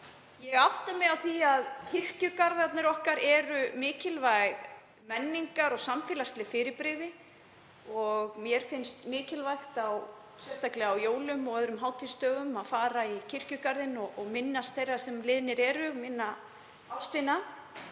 Ég átta mig á því að kirkjugarðarnir okkar eru mikilvægt menningarlegt og samfélagslegt fyrirbrigði og mér finnst mikilvægt, sérstaklega á jólum og öðrum hátíðisdögum, að fara í kirkjugarðinn og minnast þeirra sem liðnir eru, minna á ástina.